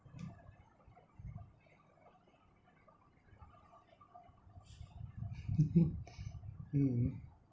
mm